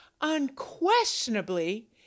unquestionably